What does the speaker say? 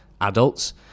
adults